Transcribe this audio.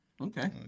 okay